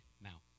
Now